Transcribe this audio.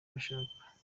bashaka